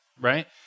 Right